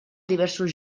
diversos